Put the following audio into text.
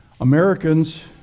Americans